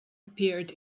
appeared